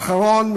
האחרון,